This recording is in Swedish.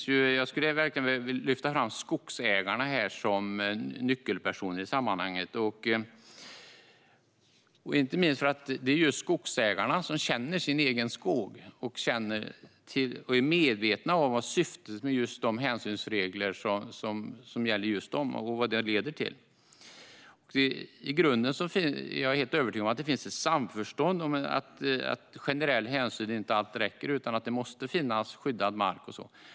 Jag skulle verkligen vilja lyfta fram skogsägarna som nyckelpersoner i sammanhanget, inte minst därför att det är skogsägarna som känner sin egen skog och är medvetna om syftet med de hänsynsregler som gäller just dem och vad de leder till. Jag är i grunden övertygad om att det finns ett samförstånd om att generell hänsyn inte alltid räcker utan att det måste finnas skyddad mark och så.